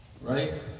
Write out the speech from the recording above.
Right